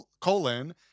colon